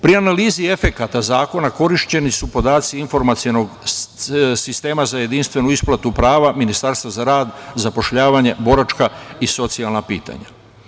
Pri analizi efekata zakona korišćeni su podaci informacionog sistema za jedinstvenu isplatu prava Ministarstva za rad, zapošljavanje, boračka i socijalna pitanja.